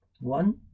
One